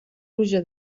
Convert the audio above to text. pluja